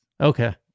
Okay